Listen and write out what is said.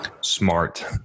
smart